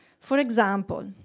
for example,